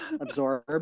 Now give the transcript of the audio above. absorb